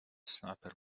sniper